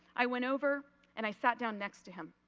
i went over and i sat down next to him.